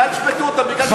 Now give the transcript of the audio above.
ואל תשפטו אותם כי הם,